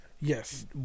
Yes